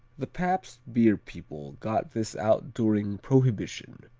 the pabst beer people got this out during prohibition,